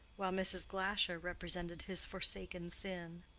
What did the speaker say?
while mrs. glasher represented his forsaken sin.